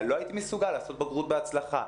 לא הייתי מסוגל לעשות בגרות בהצלחה.